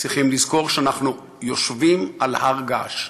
צריכים לזכור שאנחנו יושבים על הר געש.